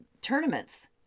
tournaments